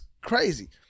crazy